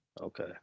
Okay